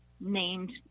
named